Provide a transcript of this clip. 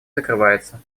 закрывается